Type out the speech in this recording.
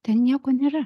ten nieko nėra